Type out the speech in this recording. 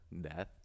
death